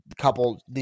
couple